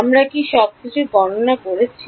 আমরা কি সব কিছু গণনা করেছি